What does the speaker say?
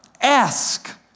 Ask